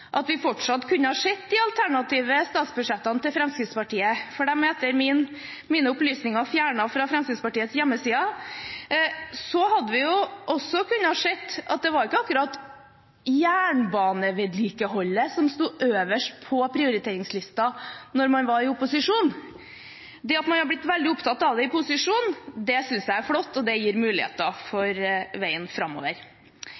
at vi fortsatt hadde kunnet se de alternative statsbudsjettene til Fremskrittspartiet – for de er, etter det jeg har av opplysninger, fjernet fra Fremskrittspartiets hjemmesider – så hadde vi også kunnet se at det var ikke akkurat jernbanevedlikeholdet som sto øverst på prioriteringslisten da man var i opposisjon. Det at man er blitt veldig opptatt av det i posisjon, synes jeg er flott, og det gir muligheter